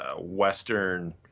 Western